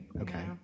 Okay